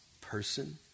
person